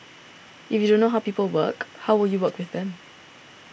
if you don't know how people work how will you work with them